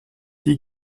die